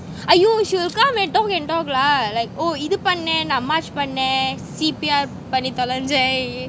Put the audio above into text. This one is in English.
!aiyo! she will come and talk and talk lah like oh இது பண்ணு நமாஷ் பன்னு:ithu pannu namaash pannu C_P_R பண்ணி தொலஞ்சை:panni tholanjai